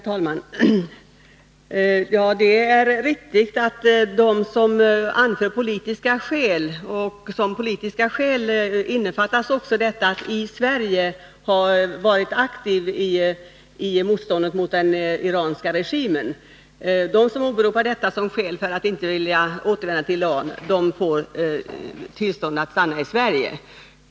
Herr talman! Det är riktigt att de som åberopar politiska skäl — och som politiska skäl innefattas också detta att i Sverige ha varit aktiv i motståndet mot den iranska regimen — för att inte vilja återvända till Iran får tillstånd att stanna i Sverige.